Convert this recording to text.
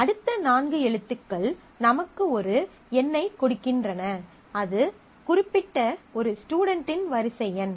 அடுத்த நான்கு எழுத்துக்கள் நமக்கு ஒரு எண்ணைக் கொடுக்கின்றன அது குறிப்பிட்ட ஒரு ஸ்டுடென்ட்டின் வரிசை எண்